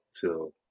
till